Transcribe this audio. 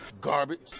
Garbage